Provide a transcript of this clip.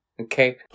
Okay